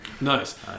Nice